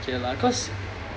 K lah because